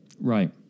right